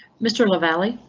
mr. lavalley.